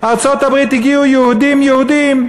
הגיעו יהודים יהודים,